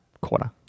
quarter